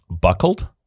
buckled